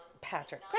Patrick